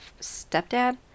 stepdad